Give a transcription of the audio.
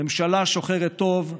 ממשלה שוחרת טוב,